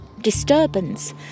disturbance